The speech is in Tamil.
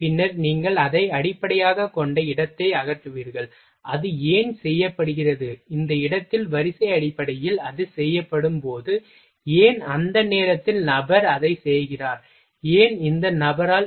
பின்னர் நீங்கள் அதை அடிப்படையாகக் கொண்ட இடத்தை அகற்றுவீர்கள் அது ஏன் செய்யப்படுகிறது இந்த இடத்தில் வரிசை அடிப்படையில் அது செய்யப்படும் போது ஏன் அந்த நேரத்தில் நபர் அதை செய்கிறார் ஏன் இந்த நபரால்